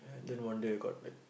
I think one day I got like